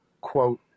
quote